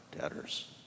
debtors